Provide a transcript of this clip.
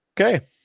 Okay